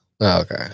okay